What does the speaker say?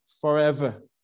forever